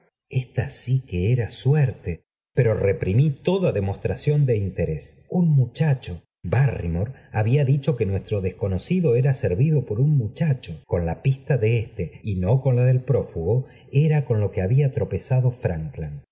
esta sí que era suerte pero reprimí toda defe mostración de intérés j un muchacho barrymohabía dicho que nuestro desconocido era servido por un muchacho con la pista de éste y no con la del prófugo era con lo que había tropezado erankland